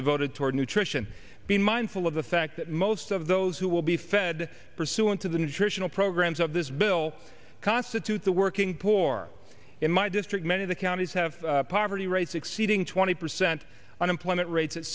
devoted toward nutrition being mindful of the fact that most of those who will be fed pursuant to the nutritional programs of this bill constitute the working poor in my district many of the counties have poverty rates exceeding twenty percent unemployment rates at